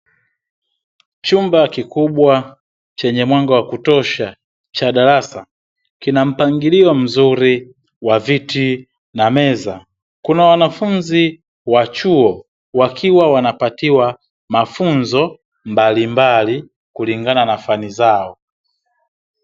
Chumba kikubwa chenye mwanga wa kutosha cha darasa, kina mpangilio mzuri wa viti na meza. Kuna wanafunzi wa chuo wakiwa wanapatiwa mafunzo mbalimbali kulingana na fani zao.